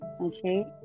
Okay